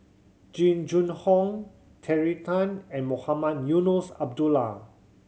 Jing Jun Hong Terry Tan and Mohamed Eunos Abdullah